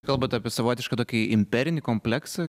kalbat apie savotišką tokį